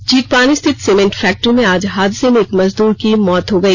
झींकपानी स्थित cement factory में आज हादसे में एक मजदूर की मौत हो गई